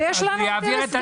הוא יעביר את הנתונים.